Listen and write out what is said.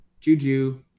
Juju